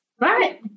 Right